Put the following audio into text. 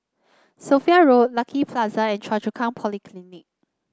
Sophia Road Lucky Plaza and Choa Chu Kang Polyclinic